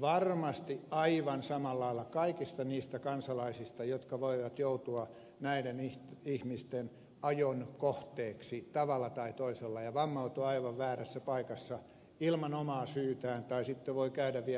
vaan varmasti aivan samalla lailla kaikista niistä kansalaisista jotka voivat joutua näiden ihmisten ajon kohteeksi tavalla tai toisella ja vammautua aivan väärässä paikassa ilman omaa syytään tai sitten voi käydä vielä huonomminkin